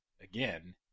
again